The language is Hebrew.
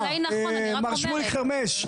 מר שמוליק חרמש.